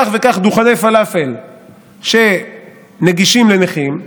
כך וכך דוכני פלאפל שנגישים לנכים,